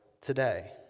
today